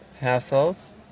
households